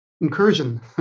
incursion